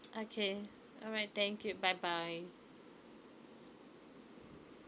okay alright thank you bye bye